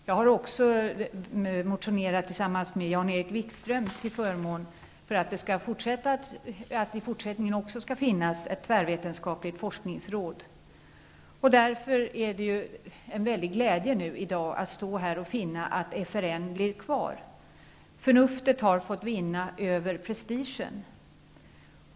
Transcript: Jag har också motionerat tillsammans med Jan Erik Wikström till förmån för att det också i fortsättningen skall finnas ett tvärvetenskapligt forskningsråd. Det är därför en glädje att i dag finna att FRN blir kvar. Förnuftet har fått vinna över prestigen.